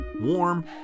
Warm